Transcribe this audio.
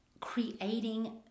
creating